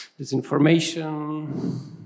disinformation